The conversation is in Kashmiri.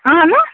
اہنُو